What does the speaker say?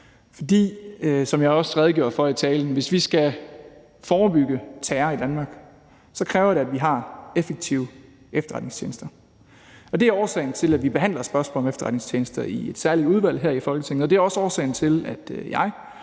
det, som jeg også redegjorde for i talen, at vi har effektive efterretningstjenester. Det er årsagen til, at vi behandler spørgsmål om efterretningstjenester i et særligt udvalg her i Folketinget, og det er også årsagen til, at jeg